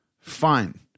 Fine